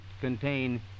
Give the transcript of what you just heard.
contain